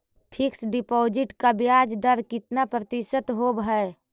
Fix deposit का ब्याज दर कितना प्रतिशत होब है?